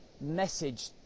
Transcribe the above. message